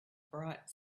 bright